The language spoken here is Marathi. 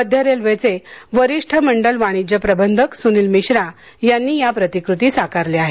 मध्य रेल्वेचे वरिष्ठ मंडल वाणिज्य प्रबंधक सुनील मिश्रा यांनी या प्रतिकृती साकारल्या आहेत